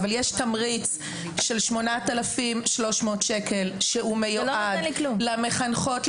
יש תמריץ של 8,300 שקל שהוא מיועד למחנכות,